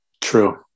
True